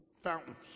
fountains